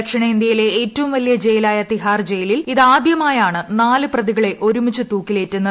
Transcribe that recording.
ദക്ഷിണേന്ത്യയിലെ ഏറ്റവും വലിയ ജയിലായ തിഹാർ ജയിലിൽ ഇതാദ്യമായാണ് നാല് പ്രതികളെ ഒരുമിച്ച് തൂക്കിലേറ്റുന്നത്